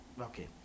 Okay